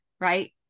right